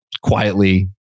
quietly